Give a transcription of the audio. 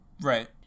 Right